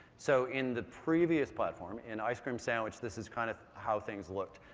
so in the previous platform, in ice cream sandwich, this is kind of how things looked.